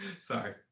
Sorry